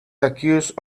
accused